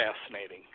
fascinating